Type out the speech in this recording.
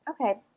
Okay